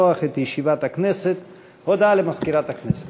הישיבה המאה-ועשרים של הכנסת